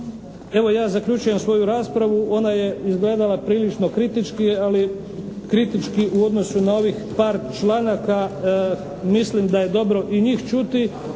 Evo, ja zaključujem svoju raspravu, ona je izgledala prilično kritički, ali kritički u odnosu na ovih par članaka mislim da je dobro i njih čuti